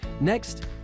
Next